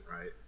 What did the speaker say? right